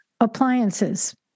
Appliances